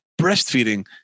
breastfeeding